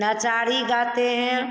नचाढ़ी गाते हैं